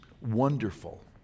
wonderful